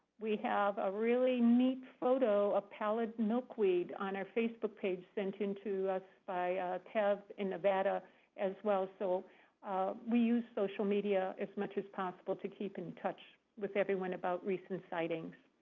we have a really neat photo of pallid milkweed on our facebook page sent into us by a tab in nevada as well. so we use social media as much as possible to keep in touch with everyone about recent sightings.